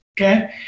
okay